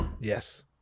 Yes